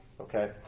Okay